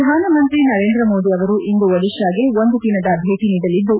ಪ್ರಧಾನ ಮಂತ್ರಿ ನರೇಂದ್ರಮೋದಿ ಅವರು ಇಂದು ಒಡಿತಾಗೆ ಒಂದು ದಿನದ ಭೇಟ ನೀಡಲಿದ್ದು